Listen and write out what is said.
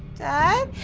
dad?